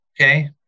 Okay